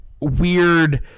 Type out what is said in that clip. weird